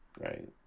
Right